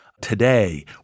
Today